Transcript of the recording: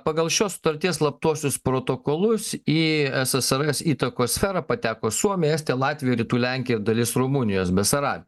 pagal šios sutarties slaptuosius protokolus į ssrs įtakos sferą pateko suomija estija latvija rytų lenkiją dalis rumunijos besarabija